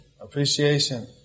appreciation